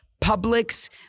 Publix